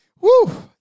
Woo